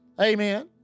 Amen